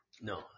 No